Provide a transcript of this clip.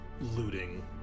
looting